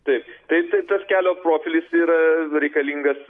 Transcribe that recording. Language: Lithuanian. taip tai taip tas kelio profilis yra reikalingas